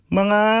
mga